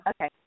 Okay